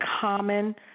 common